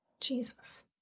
Jesus